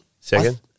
second